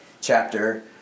chapter